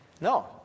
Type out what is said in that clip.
No